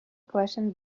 question